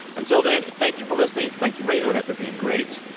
until then, thank you for listening. thank you, radiohead, for being great.